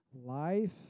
life